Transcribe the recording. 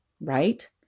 right